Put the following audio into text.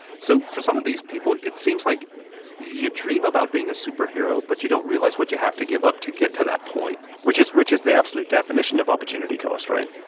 so for some of these people, it seems like you dream about being a superhero, but you don't realize what you have to give up to get to that point which is which is the absolute definition of opportunity cost, right?